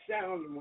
sound